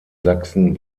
sachsen